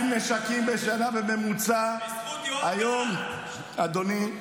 היו 8,000 נשקים בשנה בממוצע, היום, אדוני,